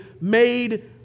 made